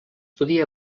podia